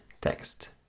text